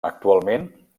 actualment